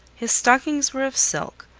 his stockings were of silk,